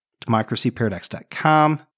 democracyparadox.com